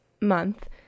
month